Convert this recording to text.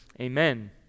amen